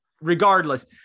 regardless